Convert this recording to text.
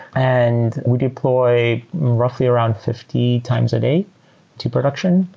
and we deploy roughly around fifty times a day to production,